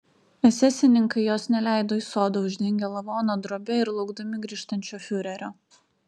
esesininkai jos neleido į sodą uždengę lavoną drobe ir laukdami grįžtančio fiurerio